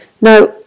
Now